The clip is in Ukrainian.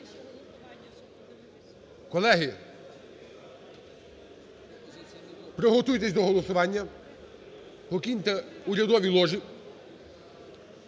Колеги, приготуйтесь до голосування. Покиньте урядові ложі.